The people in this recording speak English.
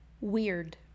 weird